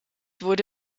wurde